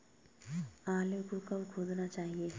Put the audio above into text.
आलू को कब खोदना चाहिए?